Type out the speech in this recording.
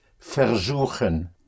versuchen